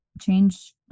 change